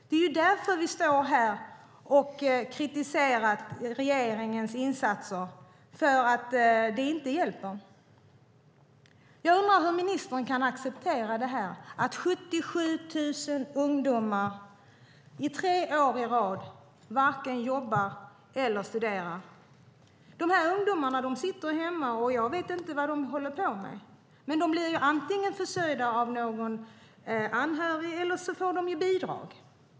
Det är därför vi står här och kritiserar regeringens insatser. De hjälper ju inte. Jag undrar hur ministern kan acceptera att 77 000 ungdomar i tre år i rad varken jobbar eller studerar. Dessa ungdomar sitter hemma, och jag vet inte vad de håller på med, men antingen blir de försörjda av någon anhörig eller så får de bidrag.